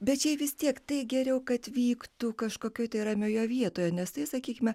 bet čia vis tiek tai geriau kad vyktų kažkokioje ramioje vietoje nes tai sakykime